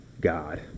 God